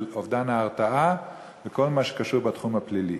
של אובדן ההרתעה בכל מה שקשור בתחום הפלילי.